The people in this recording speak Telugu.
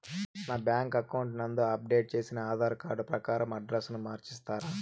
నా బ్యాంకు అకౌంట్ నందు అప్డేట్ చేసిన ఆధార్ కార్డు ప్రకారం అడ్రస్ ను మార్చిస్తారా?